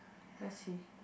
where is he